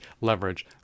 leverage